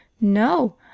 no